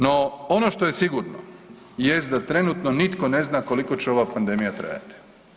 No, ono što je sigurno jest da trenutno nitko ne zna koliko će ova pandemija trajati.